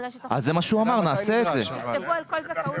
אייבי מוזס, למשל,